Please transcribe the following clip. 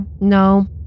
No